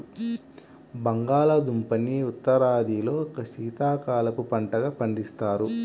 బంగాళాదుంపని ఉత్తరాదిలో శీతాకాలపు పంటగా పండిస్తారు